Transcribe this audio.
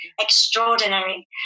extraordinary